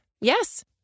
Yes